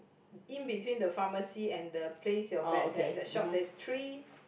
in between the pharmacy and the place your bet that shop there's three